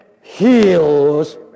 heals